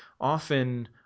often